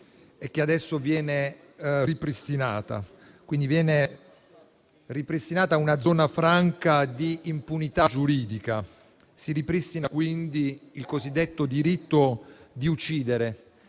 e che adesso viene ripristinata. Quindi, viene ripristinata una zona franca di impunità giuridica. Si ripristina, in sostanza, il cosiddetto diritto di uccidere,